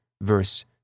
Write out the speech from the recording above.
verse